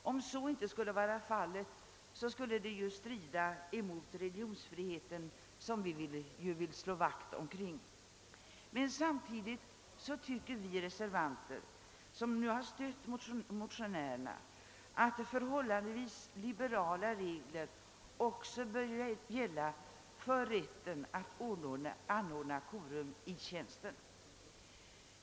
En annan ordning skulle ju strida mot religionsfriheten som vi givetvis vill slå vakt om. Men samtidigt tycker vi reservanter, som stött motionerna, att förhållandevis liberala regler bör gälla även för rätten att anordna korum i tjänsten.